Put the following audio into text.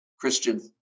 Christian